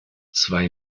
zwei